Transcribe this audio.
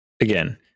Again